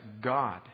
God